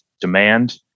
demand